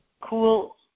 Cool